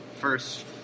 first